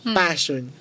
passion